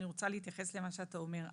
אני רוצה להתייחס למה שאתה אומר.